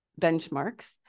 benchmarks